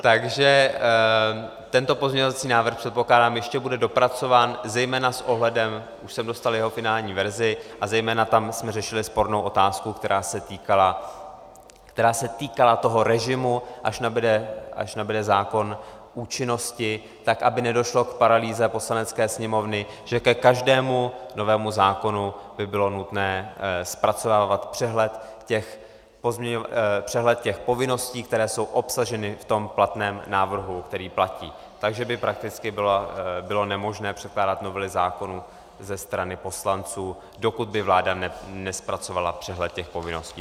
Takže tento pozměňovací návrh, předpokládám, bude ještě dopracován zejména s ohledem už jsem dostal jeho finální verzi a zejména tam jsme řešili spornou otázku, která se týkala toho režimu, až nabude zákon účinnosti, tak aby nedošlo k paralýze Poslanecké sněmovny, že ke každému novému zákonu by bylo nutné zpracovávat přehled těch povinností, které jsou obsaženy v tom platném návrhu, který platí, takže by prakticky bylo nemožné předkládat novely zákonů ze strany poslanců, dokud by vláda nezpracovala přehled těch povinností.